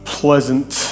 pleasant